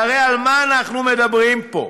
והרי על מה אנחנו מדברים פה?